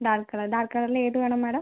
dark colour dark കളറിൽ ഏത് വേണം മേഡം